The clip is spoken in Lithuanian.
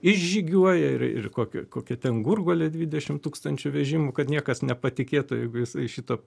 išžygiuoja ir ir kokia kokia ten gurguolė dvidešimt tūkstančių vežimų kad niekas nepatikėtų jeigu jisai šito